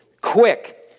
Quick